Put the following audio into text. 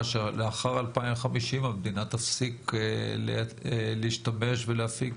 שלאחר 2050 המדינה תפסיק להשתמש ולהפיק